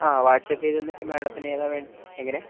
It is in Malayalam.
ആ വാട്സപ്പ് ചെയ്ത് തന്നിട്ട് മാഡത്തിന് ഏതാണ് വേ എങ്ങനെ